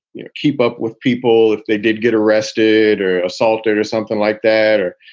you know keep up with people if they did get arrested or assaulted or something like that, or,